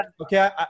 okay